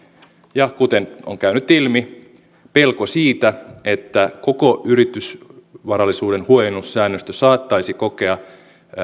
ja kuten on käynyt ilmi oli pelko siitä että koko yritysvarallisuuden huojennussäännöstö saattaisi kokea